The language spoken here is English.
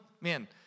man